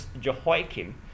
Jehoiakim